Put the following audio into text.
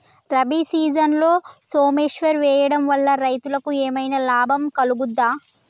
రబీ సీజన్లో సోమేశ్వర్ వేయడం వల్ల రైతులకు ఏమైనా లాభం కలుగుద్ద?